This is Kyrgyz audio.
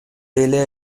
эле